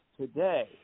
today